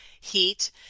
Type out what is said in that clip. heat